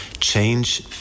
change